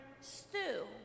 stew